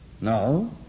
No